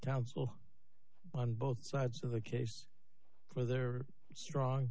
counsel on both sides of the case for their strong